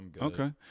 okay